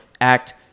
act